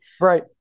right